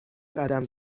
قدم